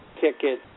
ticket